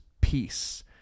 peace